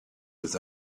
with